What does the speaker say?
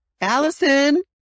Allison